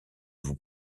vous